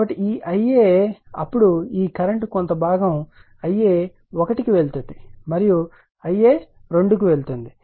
కాబట్టి ఈ Ia అప్పుడు ఈ కరెంట్ కొంత భాగం Ia 1 కి వెళుతుంది మరియు Ia 2 కి వెళుతుంది